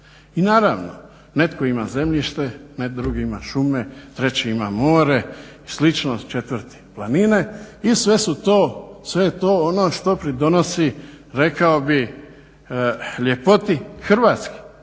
I naravno netko ima zemljište, drugi ima šume, treći ima more i sl., četvrti planine i sve su to, sve je to ono što pridonosi rekao bih ljepoti Hrvatske,